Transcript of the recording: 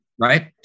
Right